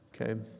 Okay